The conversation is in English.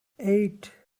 eight